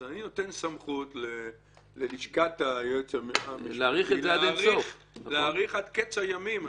אז אני נותן סמכות ללשכת היועץ המשפטי להאריך עד קץ הימים.